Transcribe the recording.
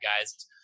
guys